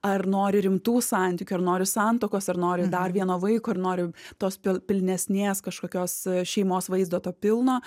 ar nori rimtų santykių ar nori santuokos ar nori dar vieno vaiko ar nori tos pilnesnės kažkokios šeimos vaizdo to pilno